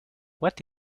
what